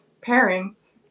parents